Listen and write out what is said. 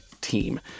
team